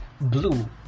blue